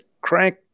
crank